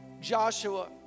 Joshua